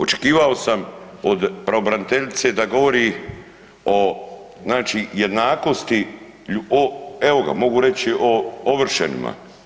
Očekivao sam od pravobraniteljice da govori o jednakosti, evo ga mogu reći o ovršenima.